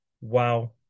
wow